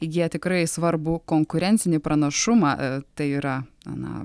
įgyja tikrai svarbų konkurencinį pranašumą tai yra aną